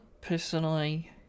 personally